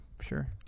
sure